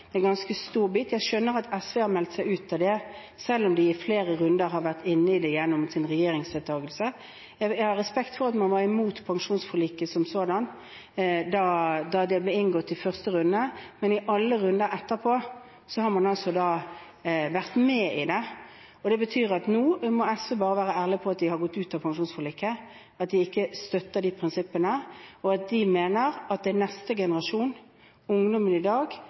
er en ganske stor bit. Jeg skjønner at SV har meldt seg ut av det, selv om de i flere runder har vært med på dette gjennom sin regjeringsdeltakelse. Jeg har respekt for at man var imot pensjonsforliket som sådan da det ble inngått i første runde, men i alle runder etterpå har man vært med på det. Det betyr at nå må SV bare være ærlig på at de har gått ut av pensjonsforliket, at de ikke støtter de prinsippene, og at de mener neste generasjon, ungdommen i dag,